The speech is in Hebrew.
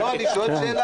לא, אני שואל שאלה.